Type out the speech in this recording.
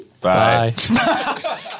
Bye